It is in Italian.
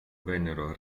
vennero